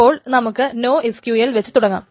ഇപ്പോൾ നമുക്ക് ഇവിടെ നോഎസ്ക്യൂഎൽ വച്ച് തുടങ്ങാം